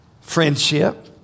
friendship